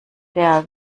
der